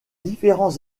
différents